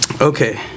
Okay